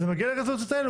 זה מגיע לרזולוציות האלה.